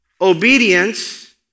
obedience